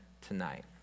tonight